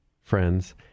friends